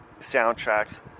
soundtracks